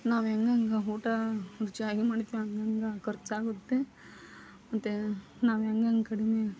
ನಾವು ಹೆಂಗೆಂಗೆ ಊಟ ಚಹಾ ಗಿ ಮಡಿಕ್ಕೊಂಡ್ರೆ ಖರ್ಚಾಗುತ್ತೆ ಅಂತ ನಾವು ಹೆಂಗೆ ಅಂದ್ಕೊಂಡಿದ್ದೀವಿ